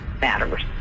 matters